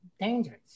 dangerous